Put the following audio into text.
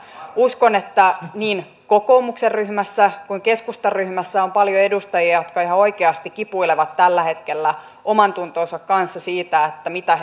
uskon että niin kokoomuksen ryhmässä kuin keskustan ryhmässä on paljon edustajia jotka ihan oikeasti kipuilevat tällä hetkellä omantuntonsa kanssa siitä mitä